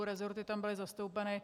Rezorty tam byly zastoupeny.